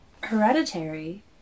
hereditary